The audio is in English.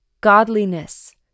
godliness